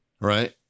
right